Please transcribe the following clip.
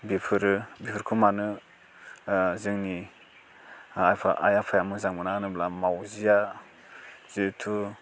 बेफोरो बेफोरखौ मानो जोंनि आइ आफा आइ आफाया मोजां मोना होनोब्ला मावजिआ जेहेथु